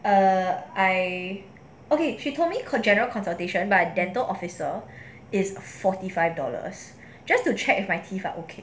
err I okay she told me for general consultation by dental officer is forty five dollars just to check with my teeth are okay